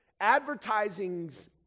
Advertising's